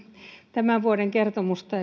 tämän vuoden kertomusta